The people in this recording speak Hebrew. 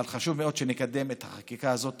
אבל חשוב מאוד שנקדם את החקיקה הזאת